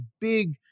big